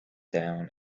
down